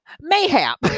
mayhap